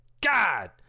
God